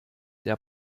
der